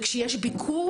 כשיש ביקור,